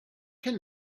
can